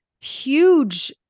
huge